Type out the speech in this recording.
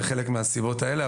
וחלק מהסיבות האלה,